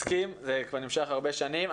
מסכים, זה כבר נמשך הרבה שנים.